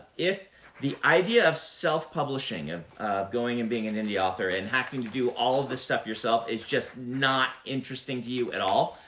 if the idea of self-publishing, of going and being an indie author and having to do all of the stuff yourself, is just not interesting to you at all,